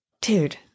Dude